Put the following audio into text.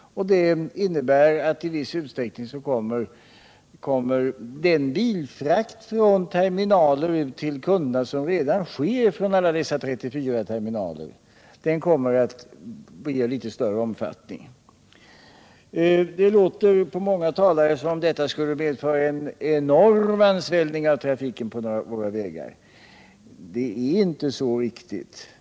Det innebär att i viss utsträckning kommer den bilfrakt från terminalerna till kunderna som redan sker från alla dessa 34 att bli av litet större omfattning. Det låter på många talare som om detta skulle leda till en enorm ansvällning av trafiken på våra vägar. Det är inte riktigt så.